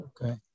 Okay